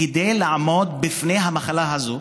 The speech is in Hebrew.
כדי לעמוד בפני המחלה הזו.